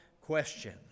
question